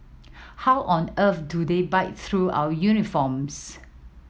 how on earth do they bite through our uniforms